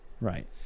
Right